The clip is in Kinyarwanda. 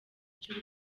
cy’u